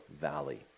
Valley